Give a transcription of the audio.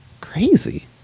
Crazy